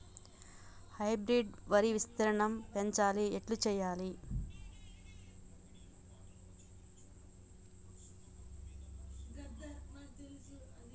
Hybrid వరి విస్తీర్ణం పెంచాలి ఎట్ల చెయ్యాలి?